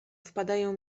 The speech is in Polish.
wpadają